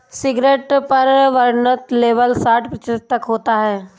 cigarette पर वर्णनात्मक label साठ प्रतिशत तक होता है